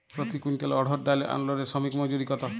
প্রতি কুইন্টল অড়হর ডাল আনলোডে শ্রমিক মজুরি কত?